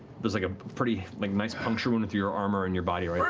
there's like a pretty like nice puncture wound through your armor and your body